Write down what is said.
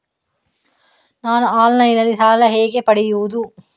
ನಾನು ಆನ್ಲೈನ್ನಲ್ಲಿ ಸಾಲ ಹೇಗೆ ಪಡೆಯುವುದು?